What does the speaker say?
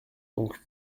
donc